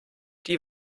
die